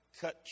cut